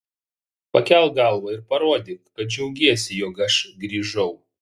pakelk galvą ir parodyk kad džiaugiesi jog aš grįžau